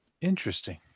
Interesting